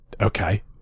Okay